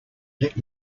let